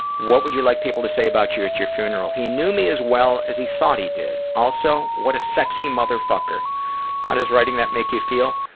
what would you like people to say about you at your funeral? he knew me as well as he thought he did. also what a sexy mother fucker how does writing that make you feel?